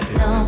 no